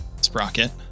Sprocket